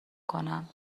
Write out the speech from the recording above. کنم